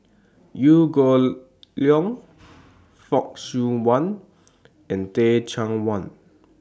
Liew Geok Leong Fock Siew Wah and Teh Cheang Wan